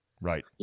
Right